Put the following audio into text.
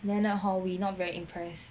lenard hor we not very impressed